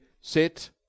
sit